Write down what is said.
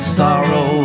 sorrow